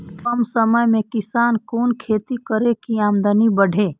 कम समय में किसान कुन खैती करै की आमदनी बढ़े?